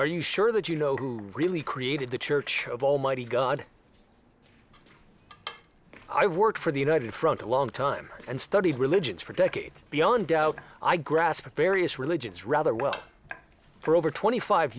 are you sure that you know who really created the church of almighty god i worked for the united front a long time and studied religions for decades beyond doubt i grasp various religions rather well for over twenty five